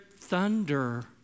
thunder